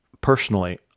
Personally